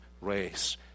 race